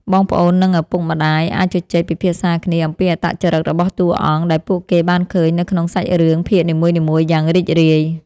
បងប្អូននិងឪពុកម្ដាយអាចជជែកពិភាក្សាគ្នាអំពីអត្តចរិតរបស់តួអង្គដែលពួកគេបានឃើញនៅក្នុងសាច់រឿងភាគនីមួយៗយ៉ាងរីករាយ។